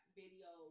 video